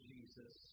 Jesus